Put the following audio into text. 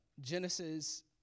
Genesis